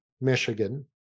Michigan